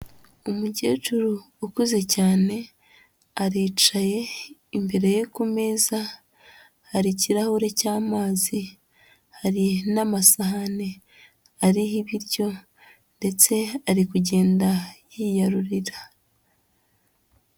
Umukecuru ukuze cyane, aricaye, imbere ye ku meza hari ikirahuri cy'amazi, hari n'amasahani ariho ibiryo ndetse ari kugenda yiyarurira.